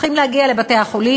צריכים להגיע לבתי-החולים,